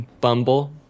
Bumble